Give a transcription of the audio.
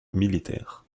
militaire